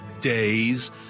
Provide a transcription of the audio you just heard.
days